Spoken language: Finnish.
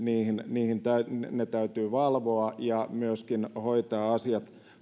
niin ne täytyy valvoa ja myöskin hoitaa asiat